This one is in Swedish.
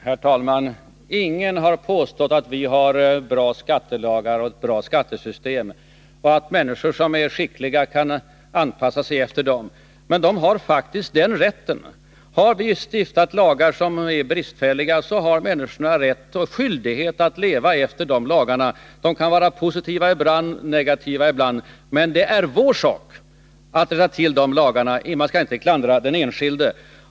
Herr talman! Ingen har påstått att vi har bra skattelagar och ett bra skattesystem, och människor som är skickliga kan naturligtvis anpassa sig efter dem. Men de har faktiskt den rätten. Har vi stiftat lagar som är bristfälliga, har människor rätt och skyldighet att leva efter de lagarna så länge de gäller. Men det är vår sak att ändra dem. Man skall inte klandra den enskilde.